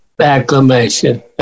Acclamation